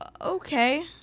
Okay